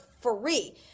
free